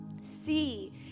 See